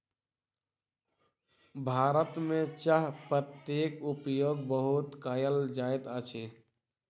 भारत में चाह पत्तीक उपयोग बहुत कयल जाइत अछि